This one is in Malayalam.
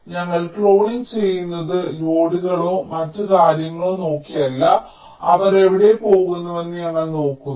ഞങ്ങൾ ക്ലോണിംഗ് ചെയ്യുന്നത് ലോഡുകളോ മറ്റ് കാര്യങ്ങളോ നോക്കിയല്ല അവർ എവിടെ പോകുന്നുവെന്ന് ഞങ്ങൾ നോക്കുന്നു